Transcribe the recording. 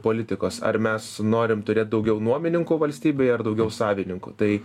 politikos ar mes norim turėt daugiau nuomininkų valstybėj ar daugiau savininkų tai